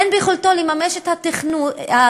אין ביכולתם לממש את התוכנית,